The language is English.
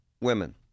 women